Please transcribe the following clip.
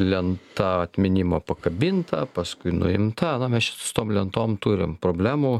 lenta atminimo pakabinta paskui nuimta na mes čia su tom lentom turim problemų